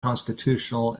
constitutional